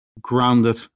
grounded